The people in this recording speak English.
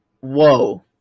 whoa